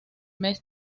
mes